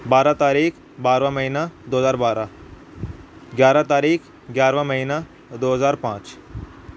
بارہ تاریخ بارہواں مہینہ دو ہزار بارہ گیارہ تاریخ گیارہواں مہینہ دو ہزار پانچ